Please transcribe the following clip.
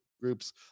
groups